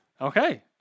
Okay